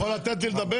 אתה יכול לתת לי לדבר?